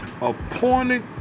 appointed